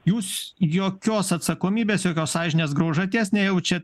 jūs jokios atsakomybės jokios sąžinės graužaties nejaučia